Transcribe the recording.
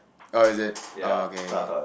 oh is it oh okay okay